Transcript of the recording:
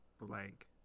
blank